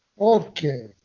Okay